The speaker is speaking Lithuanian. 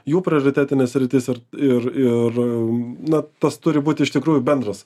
jų prioritetines sritis ir ir ir na tas turi būti iš tikrųjų bendras